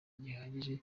gihagije